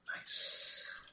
Nice